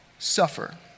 suffer